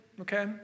Okay